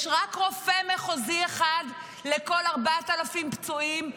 יש רק רופא מחוזי אחד לכל 4,000 פצועים,